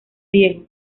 diego